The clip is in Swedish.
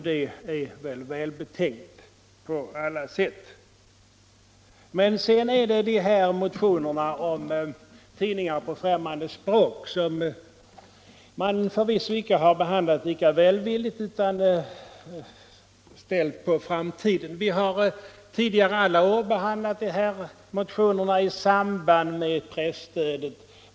Det är välbetänkt på alla sätt. Motionerna om tidningar på främmande språk har man förvisso icke behandlat lika välvilligt, utan dem har man ställt på framtiden. Vi har tidigare under alla år behandlat dessa motioner i samband med presstödet.